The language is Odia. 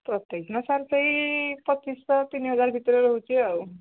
ପ୍ରତ୍ୟେକ ଦିନ ସାର୍ ସେଇ ପଚିଶହ ତିନି ହଜାର ଭିତରେ ରହୁଛି ଆଉ